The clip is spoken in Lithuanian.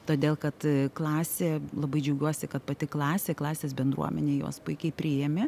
todėl kad klasė labai džiaugiuosi kad pati klasė klasės bendruomenė juos puikiai priėmė